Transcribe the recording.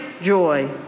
joy